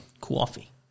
Coffee